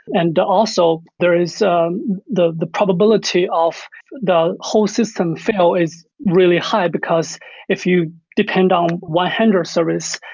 and also there is the the probability of the whole system fail is really high, because if you depend on one-hander service,